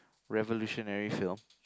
revolutionary film